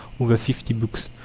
or the fifty books,